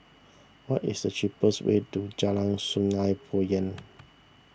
what is the cheapest way to Jalan Sungei Poyan